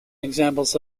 examples